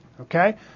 Okay